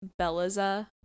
Bellaza